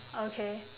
okay